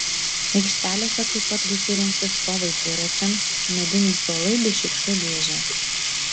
aikštelėse taip pat bus įrengti stovai dviračiams mediniai suolai bei šiukšlių dėžės